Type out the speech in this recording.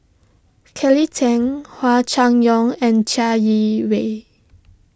Kelly Tang Hua Chai Yong and Chai Yee Wei